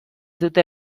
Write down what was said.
dute